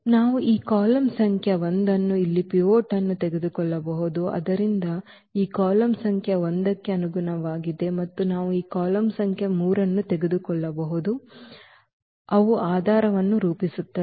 ನಾವು ಈ ಕಾಲಮ್ ಸಂಖ್ಯೆ 1 ಅನ್ನು ಇಲ್ಲಿ ಪಿವೋಟ್ ಅನ್ನು ತೆಗೆದುಕೊಳ್ಳಬಹುದು ಆದ್ದರಿಂದ ಈ ಕಾಲಮ್ ಸಂಖ್ಯೆ ಒಂದಕ್ಕೆ ಅನುಗುಣವಾಗಿದೆ ಮತ್ತು ನಾವು ಈ ಕಾಲಮ್ ಸಂಖ್ಯೆ 3 ಅನ್ನು ತೆಗೆದುಕೊಳ್ಳಬಹುದು ಮತ್ತು ಅವು ಆಧಾರವನ್ನು ರೂಪಿಸುತ್ತವೆ